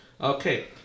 Okay